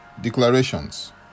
declarations